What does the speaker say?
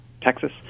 Texas